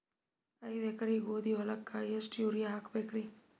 ಐದ ಎಕರಿ ಗೋಧಿ ಹೊಲಕ್ಕ ಎಷ್ಟ ಯೂರಿಯಹಾಕಬೆಕ್ರಿ?